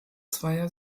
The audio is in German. zweier